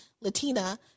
Latina